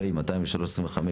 פ/203/25,